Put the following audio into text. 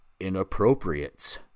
inappropriate